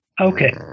Okay